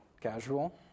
Casual